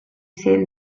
ser